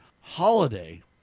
holiday